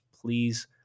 Please